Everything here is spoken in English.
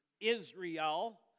Israel